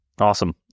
Awesome